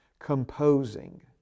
composing